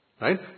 right